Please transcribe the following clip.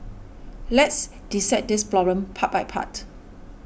let's dissect this problem part by part